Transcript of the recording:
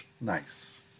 nice